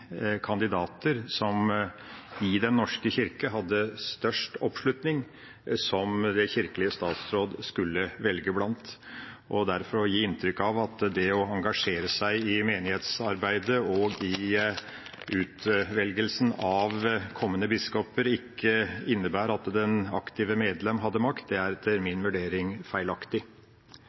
kandidater som hadde størst oppslutning i Den norske kirke, kirkelig statsråd skulle velge blant. Derfor er det å gi inntrykk av at det å engasjere seg i menighetsarbeid og i utvelgelse av kommende biskoper ikke innebærer at det aktive medlem hadde makt, etter min vurdering feilaktig. Ellers var det